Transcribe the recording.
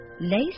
Lace